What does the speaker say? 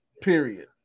Period